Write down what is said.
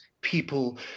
people